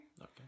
okay